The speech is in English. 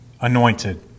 anointed